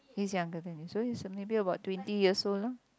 he's younger than you so he's maybe about twenty years old lah